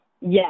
Yes